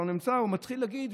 הוא מתחיל להגיד,